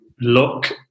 look